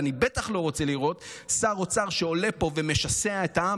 ואני בטח לא רוצה לראות שר אוצר שעולה פה ומשסע את העם,